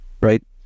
right